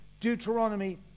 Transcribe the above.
Deuteronomy